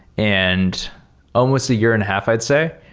and almost a year and a half i'd say.